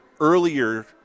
earlier